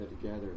together